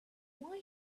why